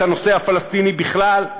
את הנושא הפלסטיני בכלל?